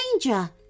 danger